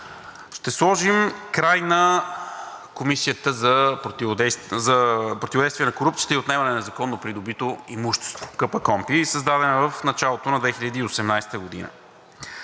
ще сложим край на Комисията за противодействие на корупцията и за отнемане на незаконно придобитото имущество – КПКОНПИ, създадена в началото на 2018 г.